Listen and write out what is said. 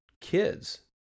kids